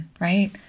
right